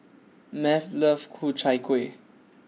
Math loves Ku Chai Kueh